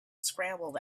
scrambled